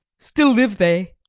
still live they,